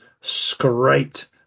scraped